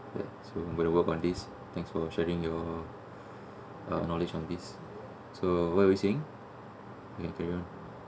so I'm going to work this thanks for sharing your uh knowledge on this so what were you saying ya carry on